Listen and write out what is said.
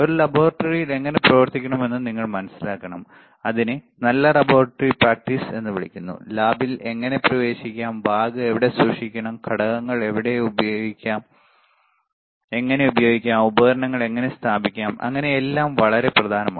ഒരു ലബോറട്ടറിയിൽ എങ്ങനെ പ്രവർത്തിക്കണമെന്ന് നിങ്ങൾ മനസിലാക്കണം അതിനെ നല്ല ലബോറട്ടറി പ്രാക്ടീസ് എന്ന് വിളിക്കുന്നു ലാബിൽ എങ്ങനെ പ്രവേശിക്കാം ബാഗ് എവിടെ സൂക്ഷിക്കണം ഘടകങ്ങൾ എങ്ങനെ ഉപയോഗിക്കാം ഉപകരണങ്ങൾ എങ്ങനെ സ്ഥാപിക്കണം അങ്ങനെ എല്ലാം വളരെ പ്രധാനമാണ്